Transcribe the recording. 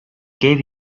gave